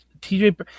TJ